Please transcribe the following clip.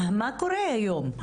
מה קורה היום?